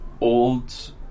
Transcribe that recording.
old